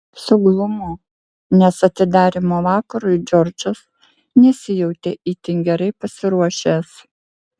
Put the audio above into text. suglumo nes atidarymo vakarui džordžas nesijautė itin gerai pasiruošęs